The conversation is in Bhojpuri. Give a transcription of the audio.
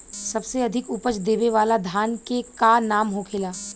सबसे अधिक उपज देवे वाला धान के का नाम होखे ला?